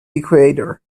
ecuador